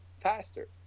faster